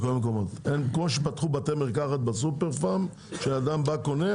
כמו שפתחו בתי מרקחת בסופר פארם וכאשר אדם בא לקנות,